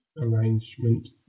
Arrangement